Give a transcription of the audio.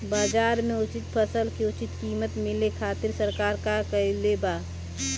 बाजार में फसल के उचित कीमत मिले खातिर सरकार का कईले बाऽ?